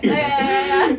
ya ya ya ya ya